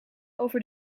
over